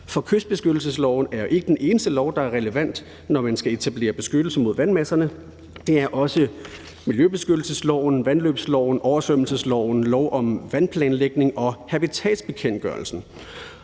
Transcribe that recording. For kystbeskyttelsesloven er ikke den eneste lov, der er relevant, når man skal etablere beskyttelse mod vandmasserne, det er også miljøbeskyttelsesloven, vandløbsloven, oversvømmelsesloven, lov om vandplanlægning og habitatbekendtgørelsen.